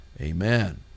Amen